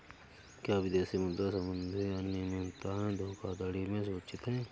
क्या विदेशी मुद्रा संबंधी अनियमितताएं धोखाधड़ी में सूचित हैं?